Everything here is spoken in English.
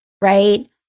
right